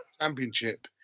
championship